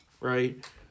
right